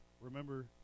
remember